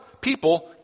People